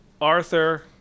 Arthur